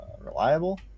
reliable